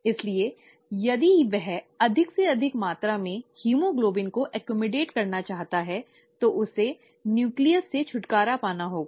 इसलिए यदि वह अधिक से अधिक मात्रा में हीमोग्लोबिन को समायोजित करना चाहता है तो उसे न्यूक्लियस से छुटकारा पाना होगा